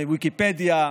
מוויקיפדיה,